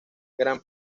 gran